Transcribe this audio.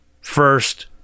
first